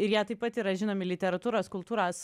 ir jie taip pat yra žinomi literatūros kultūros